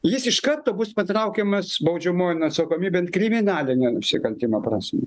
jis iš karto bus patraukiamas baudžiamojon atsakomybėn kriminaline nusikaltimo prasme